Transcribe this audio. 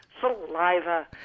saliva